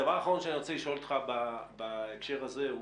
דבר אחרון שאני רוצה לשאול אותך בהקשר הזה.